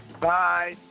Bye